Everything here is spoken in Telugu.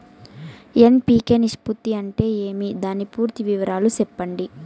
ఎన్.పి.కె నిష్పత్తి అంటే ఏమి దాని పూర్తి వివరాలు సెప్పండి?